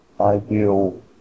ideal